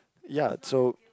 ya so